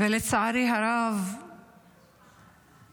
לצערי הרב מנסים,